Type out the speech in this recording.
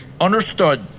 Understood